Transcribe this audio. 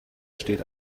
steht